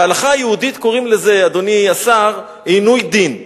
בהלכה היהודית קוראים לזה, אדוני השר, עינוי דין.